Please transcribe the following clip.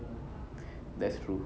that's true